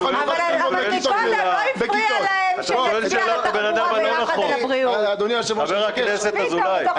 לטפל בגזרות ובבעיות יום יומיות של תושבים.